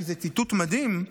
כי זה ציטוט מדהים,